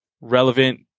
relevant